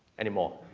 anymore.